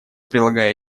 прилагая